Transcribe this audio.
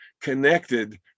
connected